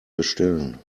bestellen